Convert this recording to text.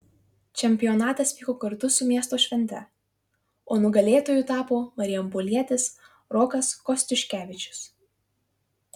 čempionatas vyko kartu su miesto švente o nugalėtoju tapo marijampolietis rokas kostiuškevičius